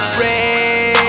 red